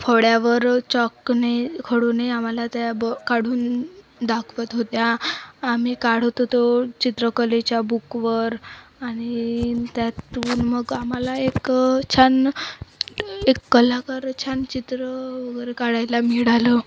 फळ्यावर चॉकने खडूने आम्हाला त्या ब काढून दाखवत होत्या आम्ही काढवत होतो चित्रकलेच्या बुकवर आणि त्यातून मग आम्हाला एक छान एक कलाकार छान चित्र वगैरे काढायला मिळालं